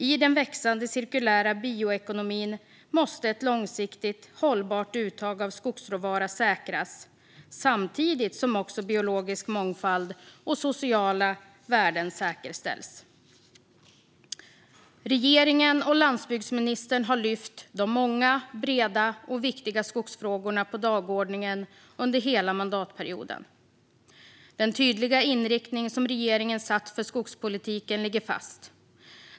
I den växande cirkulära bioekonomin måste ett långsiktigt hållbart uttag av skogsråvara säkras samtidigt som också biologisk mångfald och sociala värden säkerställs. Regeringen och landsbygdsministern har lyft upp de många, breda och viktiga skogsfrågorna på dagordningen under hela mandatperioden. Den tydliga inriktning som regeringen satt för skogspolitiken ligger fast.